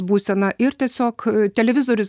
būsena ir tiesiog televizorius